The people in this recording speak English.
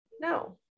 no